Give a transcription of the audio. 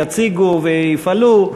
יציגו ויפעלו.